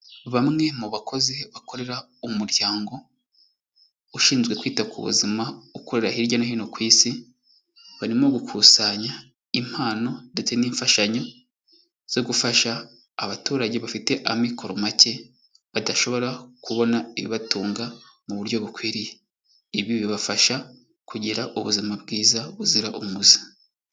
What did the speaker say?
Bamwe mu bakozi bakorera umuryango ushinzwe kwita ku buzima ukorera hirya no hino ku isi, barimo gukusanya impano ndetse n'imfashanyo zo gufasha abaturage bafite amikoro make badashobora kubona ibibatunga mu buryo bukwiriye. Ibi bibafasha kugira ubuzima bwiza buzira umuze.